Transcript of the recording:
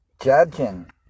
Judging